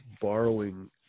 borrowing